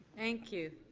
thank you.